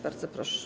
Bardzo proszę.